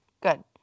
Good